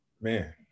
Man